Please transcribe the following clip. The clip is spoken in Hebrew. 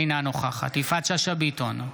אינה נוכחת יפעת שאשא ביטון,